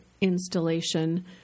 installation